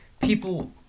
People